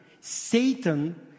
Satan